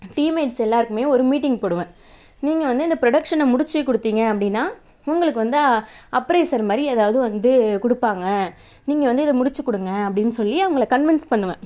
team mates எல்லாருக்குமே ஒரு meeting போடுவேன் நீங்கள் வந்து இந்த ப்ரொடக்ஷனை முடிச்சிக் கொடுத்தீங்க அப்படினா உங்களுக்கு வந்து அப்ரைஸர் மாதிரி ஏதாவது வந்து கொடுப்பாங்க நீங்கள் வந்து இதை முடிச்சிக் கொடுங்க அப்படினு சொல்லி அவங்கள கன்வென்ஸ் பண்ணுவேன்